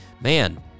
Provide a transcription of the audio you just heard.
man